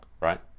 right